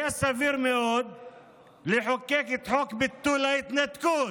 היה סביר מאוד לחוקק את חוק ביטול ההתנתקות.